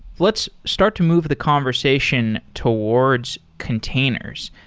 let's start to move the conversation towards containers.